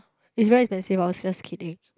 is very expensive I was just kidding